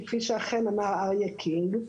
כפי שאכן אמר אריה קינג,